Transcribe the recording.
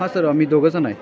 हां सर आम्ही दोघं जण आहे